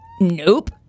nope